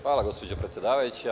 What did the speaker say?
Hvala, gospođo predsedavajuća.